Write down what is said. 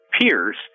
peers